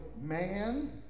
man